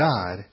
God